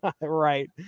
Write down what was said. Right